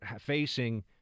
facing